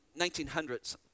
1900s